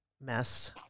mess